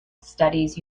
studies